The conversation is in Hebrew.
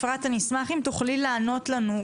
אפרת אני אשמח אם תוכלי לענות לנו,